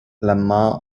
lamar